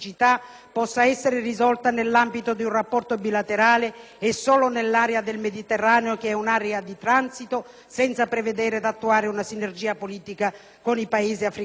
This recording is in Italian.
possa essere risolta nell'ambito di un rapporto bilaterale e solo nell'area del Mediterraneo, che è un'area di transito, senza prevedere ed attuare una sinergica politica con i Paesi africani.